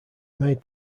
made